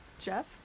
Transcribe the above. Jeff